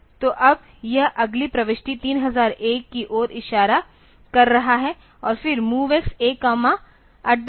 तो अब यह अगली प्रविष्टि 3001 की ओर इशारा कर रहा है और फिर MOVX A DPTR